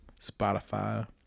Spotify